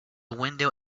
window